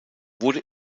wurde